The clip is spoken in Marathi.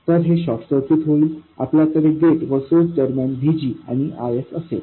तर हे शॉर्ट सर्किट होईल आपल्याकडे गेट व सोर्स दरम्यान VGआणि RS असेल